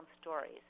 stories